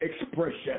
expression